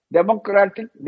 Democratic